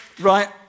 right